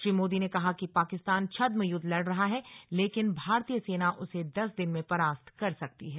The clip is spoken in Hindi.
श्री मोदी ने कहा कि पाकिस्तान छद्म युद्ध लड़ रहा है लेकिन भारतीय सेना उसे दस दिन में परास्त कर सकती है